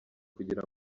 kugira